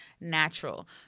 natural